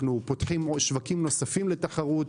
אנחנו פותחים שווקים נוספים לתחרות,